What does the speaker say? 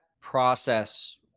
process